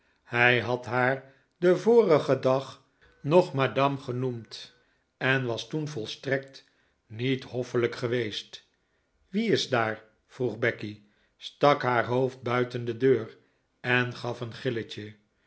hij had haar den vorigen dag nog madame genoemd en was toen volstrekt niet hoffelijk geweest wie is daar vroeg becky stak haar hoofd buiten de deur en gaf een gilletje